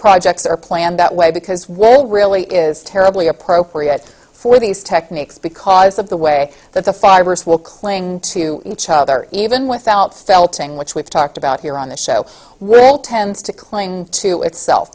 projects are planned that way because well really is terribly appropriate for these techniques because of the way that the fibers will cling to each other even without felting which we've talked about here on the show will tend to cling to itself